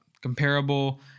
comparable